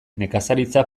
nekazaritza